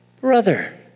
Brother